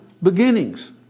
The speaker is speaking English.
Beginnings